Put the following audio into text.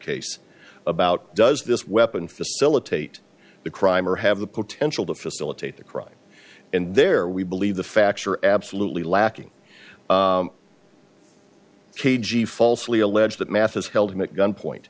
case about does this weapon facilitate the crime or have the potential to facilitate the crime and there we believe the facts are absolutely lacking k g falsely allege that math is held in that gunpoint